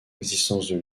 existence